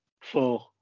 Four